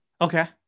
okay